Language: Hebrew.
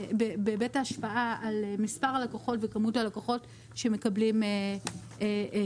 ההשפעה על מספר הלקוחות וכמות הלקוחות שמקבלים משכנתאות.